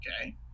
okay